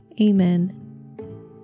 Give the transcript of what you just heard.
Amen